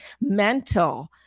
mental